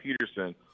Peterson